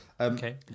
Okay